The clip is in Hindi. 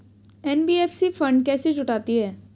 एन.बी.एफ.सी फंड कैसे जुटाती है?